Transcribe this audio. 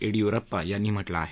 येडियुरप्पा यांनी म्हटलं आहे